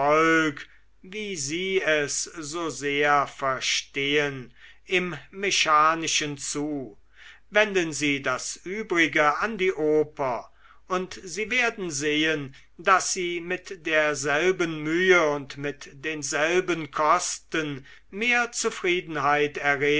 wie sie es so sehr verstehen im mechanischen zu wenden sie das übrige an die oper und sie werden sehen daß sie mit derselben mühe und mit denselben kosten mehr zufriedenheit